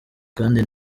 kandi